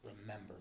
remember